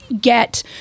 get